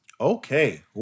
Okay